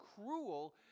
cruel